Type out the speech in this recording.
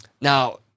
Now